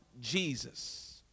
Jesus